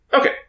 Okay